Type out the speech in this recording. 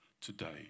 today